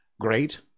great